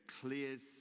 clears